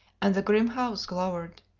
and the grim house glowered,